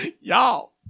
Y'all